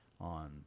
on